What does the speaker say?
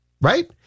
Right